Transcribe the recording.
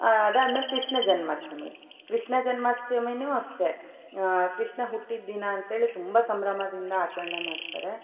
ಅದಾದ್ಮೇಲೆ ಕೃಷ್ಣ ಜನ್ಮಾಷ್ಟಮಿ ಕೃಷ್ಣ ಜನ್ಮಾಷ್ಟಮಿಯೂ ಅಷ್ಟೇ ಕೃಷ್ಣ ಹುಟ್ಟಿದ ದಿನ ಅಂಥೇಳಿ ತುಂಬ ಸಂಭ್ರಮದಿಂದ ಆಚರಣೆ ಮಾಡ್ತಾರೆ